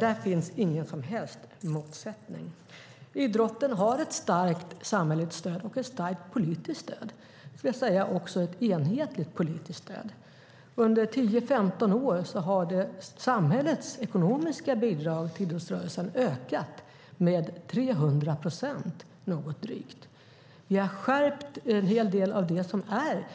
Där finns alltså ingen som helst motsättning. Idrotten har ett starkt samhälleligt stöd och ett starkt politiskt stöd. Jag skulle vilja säga att det är ett enhetligt politiskt stöd. Under 10-15 år har samhällets ekonomiska bidrag till idrottsrörelsen ökat med lite drygt 300 procent. Vi har skärpt en hel del av det som är